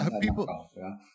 People